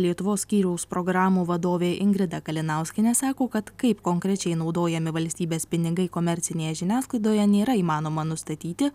lietuvos skyriaus programų vadovė ingrida kalinauskienė sako kad kaip konkrečiai naudojami valstybės pinigai komercinėje žiniasklaidoje nėra įmanoma nustatyti